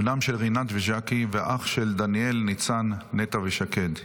בנם של רינת וז'קי ואח של דניאל, ניצן, נטע ושקד.